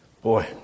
Boy